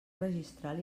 registral